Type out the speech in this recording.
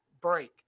break